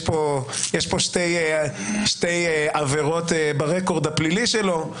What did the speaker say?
יש פה יש פה שתי עברות ברקורד הפלילי שלו.